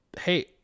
hey